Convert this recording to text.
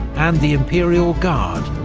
and the imperial guard,